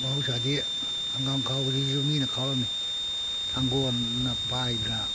ꯃꯍꯧꯁꯥꯗꯤ ꯍꯪꯒꯥꯝ ꯈꯥꯎꯕꯁꯤꯁꯨ ꯃꯤꯅ ꯈꯥꯎꯔꯝꯃꯤ ꯊꯥꯡꯒꯣꯟꯅ ꯄꯥꯏꯗꯅ